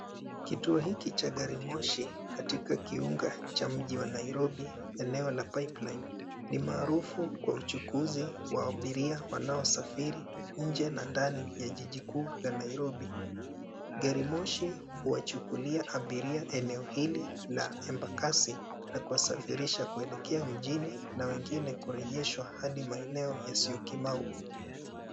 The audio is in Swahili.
Kituo hiki cha garimoshi katika kiunga cha mji wa Nairobi eneo la Pipeline. Ni maarufu kwa uchunguzi wa abiria wanaosafiri nje na ndani ya jiji kuu la Nairobi. Garimoshi huwachukulia abiria eneo hili la Embakasi na kuwasafirisha kuelekea mjini na wengine kurejeshwa hadi maeneo Syokimau.